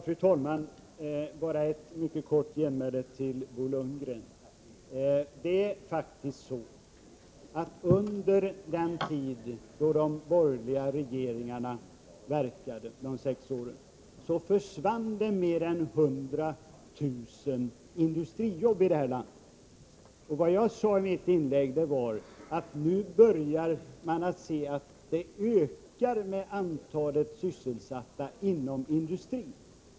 Fru talman! Bara ett mycket kort genmäle till Bo Lundgren. Det är faktiskt så att under de sex år då de borgerliga regeringarna verkade försvann mer än 100 000 industrijobb här i landet. Vad jag sade i mitt inlägg var att nu börjar man se en ökning av antalet sysselsatta inom industrin.